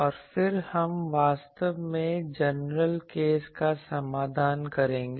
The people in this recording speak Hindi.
और फिर हम वास्तव में जनरल केस का समाधान करेंगे